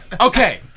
Okay